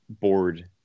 board